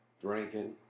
drinking